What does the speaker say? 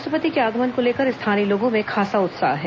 राष्ट्रपति के आगमन को लेकर स्थानीय लोगों में खासा उत्साह है